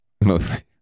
mostly